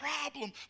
problem